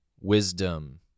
wisdom